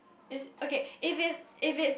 is okay if it's if it's